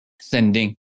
sending